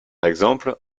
exemple